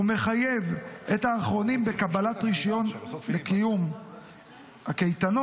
ומחייב את האחרונים בקבלת רישיון עסק לקיום הקייטנות,